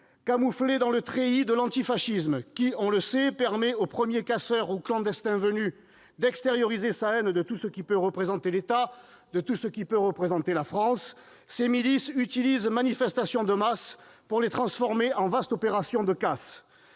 Camouflées dans le treillis de l'antifascisme, qui, on le sait, permet au premier casseur ou clandestin venu d'extérioriser sa haine de tout ce qui peut représenter l'État, de tout ce qui peut représenter la France, ces milices utilisent les manifestations de masse pour les transformer en vastes opérations de casse.